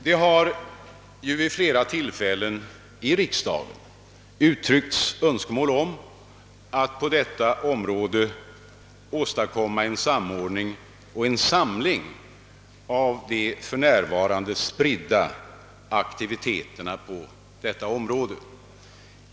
Det har vid flera tillfällen i riksdagen uttryckts önskemål om att åstadkomma en samordning och en samling av de för närvarande spridda aktiviteterna på detta område.